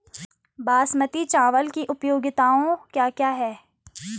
बासमती चावल की उपयोगिताओं क्या क्या हैं?